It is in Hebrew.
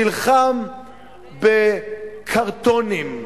נלחם בקרטונים,